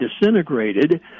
disintegrated